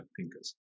Thinkers